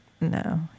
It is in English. No